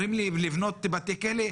אומרים לי לבנות בתי כלא.